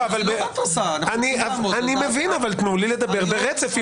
תנו לי לדבר ברצף.